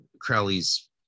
Crowley's